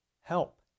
help